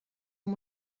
amb